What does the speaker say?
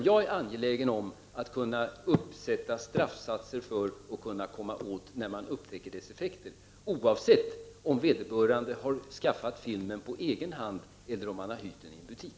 Jag är angelägen om att kunna införa straffsatser för att komma åt detta när man upptäcker dess effekter, oavsett om vederbörande har skaffat filmen på egen hand eller om han har hyrt den i en butik.